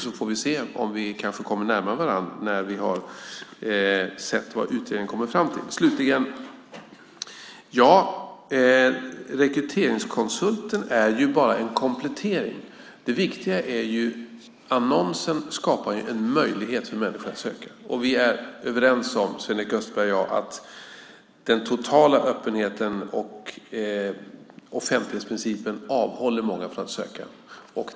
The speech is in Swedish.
Vi får se om vi kanske kommer närmare varandra när vi har sett vad utredningen kommer fram till. Rekryteringskonsulten är ju bara en komplettering. Det viktiga är att annonsen skapar möjlighet för människor att söka. Sven-Erik Österberg och jag är överens om att den totala öppenheten och offentlighetsprincipen avhåller många från att söka.